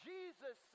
Jesus